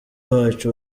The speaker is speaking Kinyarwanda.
wacu